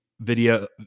video